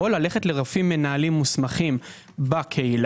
או ללכת לרופאים מנהלים מוסמכים בקהילה